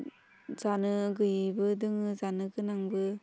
जानो गैयैबो दोङो जानो गोनांबो